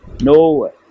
no